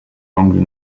longer